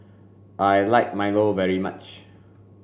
I like milo very much